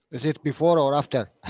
is it before or after?